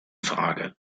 frage